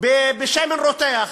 בשמן רותח.